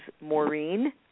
Maureen